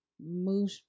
move